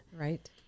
Right